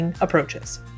approaches